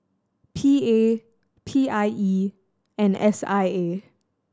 P A P I E and S I A